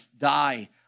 die